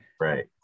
Right